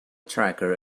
tracker